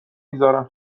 میذارم